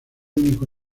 único